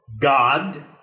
God